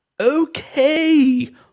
okay